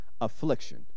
Affliction